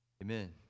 Amen